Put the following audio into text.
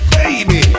Baby